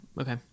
Okay